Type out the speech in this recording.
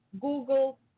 Google